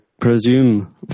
presume